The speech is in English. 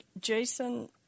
Jason